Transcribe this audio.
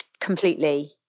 completely